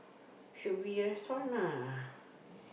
should be restaurant lah